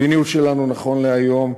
המדיניות שלנו, נכון להיום,